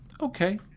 okay